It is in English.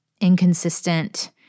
inconsistent